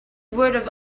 word